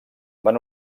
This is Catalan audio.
van